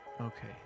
okay